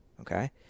okay